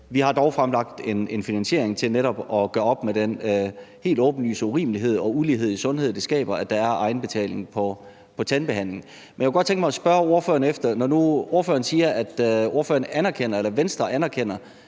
Vi har dog fremlagt en finansiering til netop at gøre op med den helt åbenlyse urimelighed og ulighed i sundhed, som det skaber, når der er egenbetaling på tandbehandling. Men jeg kunne godt tænke mig at spørge ordføreren, når nu ordføreren siger, at Venstre anerkender intentionen,